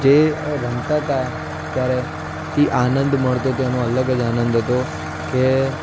જે રમતા હતા ત્યારે તે આનંદ મળતો તો એનો અલગ જ આનંદ હતો કે